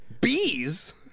Bees